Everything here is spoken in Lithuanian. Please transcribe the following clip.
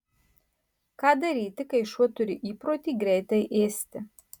ką daryti kai šuo turi įprotį greitai ėsti